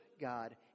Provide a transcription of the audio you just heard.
God